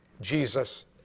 Jesus